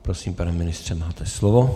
Prosím, pane ministře, máte slovo.